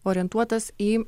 orientuotas į